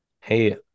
Hey